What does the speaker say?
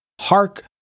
Hark